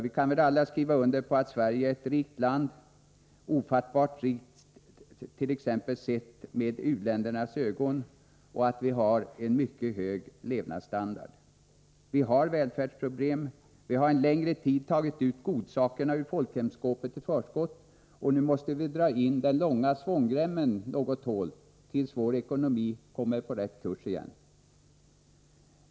Vi kan väl alla skriva under på att Sverige är ett rikt land, ofattbart rikt sett t.ex. med u-ländernas ögon, och att vi har en mycket hög levnadsstandard. Vi har välfärdsproblem, vi har en längre tid tagit ut godsakerna ur folkhemsskåpet i förskott, och nu måste vi dra in den långa svångremmen något hål, tills vår ekonomi kommer på rätt kurs igen.